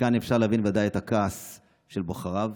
מכאן אפשר להבין ודאי את הכעס של בוחריו.